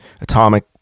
atomic